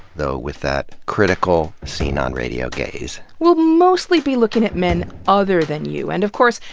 though with that critical scene on radio gaze. we'll mostly be looking at men other than you. and, of course,